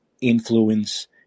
influence